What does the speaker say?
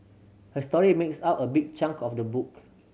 her story makes up a big chunk of the book